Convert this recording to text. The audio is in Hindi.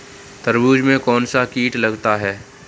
तरबूज में कौनसा कीट लगता है?